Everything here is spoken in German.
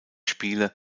spiele